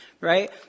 right